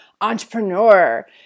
entrepreneur